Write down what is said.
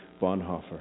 Bonhoeffer